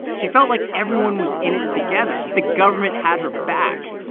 she felt like everyone was in it together, that the government had her back.